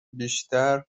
بیشتر